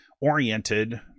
oriented